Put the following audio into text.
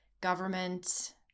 government